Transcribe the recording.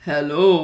Hello